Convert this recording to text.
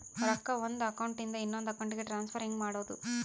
ರೊಕ್ಕ ಒಂದು ಅಕೌಂಟ್ ಇಂದ ಇನ್ನೊಂದು ಅಕೌಂಟಿಗೆ ಟ್ರಾನ್ಸ್ಫರ್ ಹೆಂಗ್ ಮಾಡೋದು?